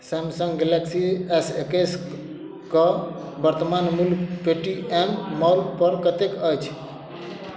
Samsung Galaxy S एकैस के वर्तमान मूल्य पेटीएम मॉलपर कतेक अछि